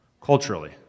culturally